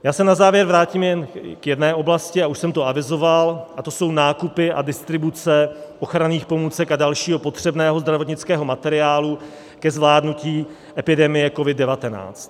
Já se na závěr vrátím jen k jedné oblasti, a už jsem to avizoval, a to jsou nákupy a distribuce ochranných pomůcek a dalšího potřebného zdravotnického materiálu ke zvládnutí epidemie COVID19.